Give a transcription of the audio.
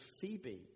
Phoebe